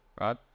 right